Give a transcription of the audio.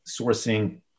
sourcing